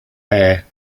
air